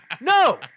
No